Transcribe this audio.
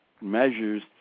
measures